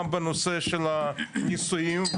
גם בנושא של נישואין,